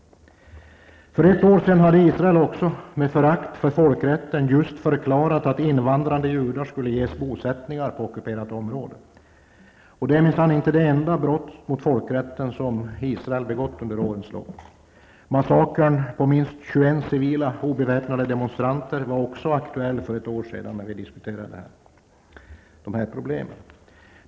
För ett år sedan hade Israel också med förakt för folkrätten just förklarat att invandrande judar skulle ges bosättningar på ockuperat område. Det är minsann inte det enda brott mot folkrätten som Israel begått under årens lopp. Massakern på minst 21 civila, obeväpnade demonstranter var också aktuell för ett år sedan när vi diskuterade de här problemen.